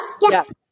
Yes